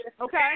Okay